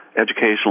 educational